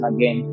Again